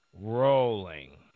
rolling